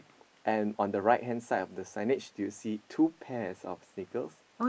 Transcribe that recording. and on the right hand side of the signage do you see two pairs of sneakers